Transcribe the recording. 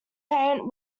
paint